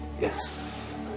Yes